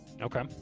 Okay